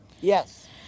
Yes